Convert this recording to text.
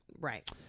right